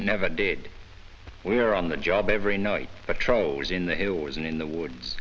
never did we are on the job every night patrols in the hills and in the woods